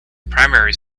primary